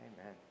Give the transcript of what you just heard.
Amen